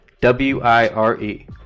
w-i-r-e